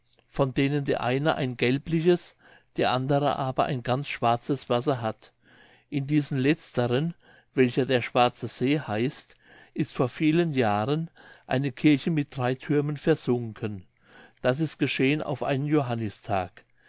von denen der eine ein gelbliches der andere aber ein ganz schwarzes wasser hat in diesen letzteren welcher der schwarze see heißt ist vor vielen jahren eine kirche mit drei thürmen versunken das ist geschehen auf einen johannistag